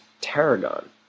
tarragon